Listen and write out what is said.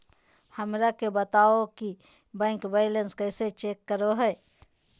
हमरा के बताओ कि बैंक बैलेंस कैसे चेक करो है?